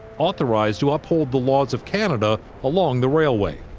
authorized to uphold the laws of canada along the railway.